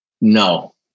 No